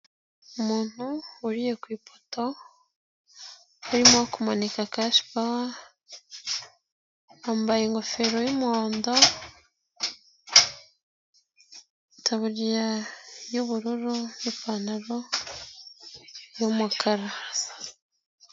Umuntu wuriye ku ifoto arimo kumanika kashipawa, yambaye ingofero y'umuhondo, itabuirya y'ubururu n'ipantaro y'umukara.